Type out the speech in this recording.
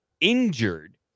injured